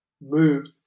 moved